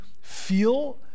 feel